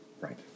Right